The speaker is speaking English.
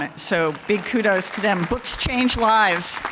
ah so big kudos to them. books change lives.